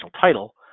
title